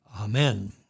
Amen